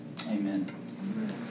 Amen